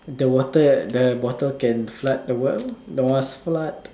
the water the bottle can flood the world must flood